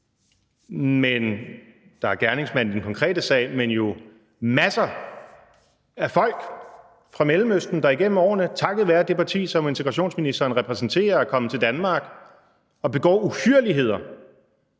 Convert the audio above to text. der er gerningsmanden i den konkrete sag, men jo masser af folk fra Mellemøsten, der igennem årene, takket være det parti, som udlændinge- og integrationsministeren repræsenterer, er kommet til Danmark og begår uhyrligheder: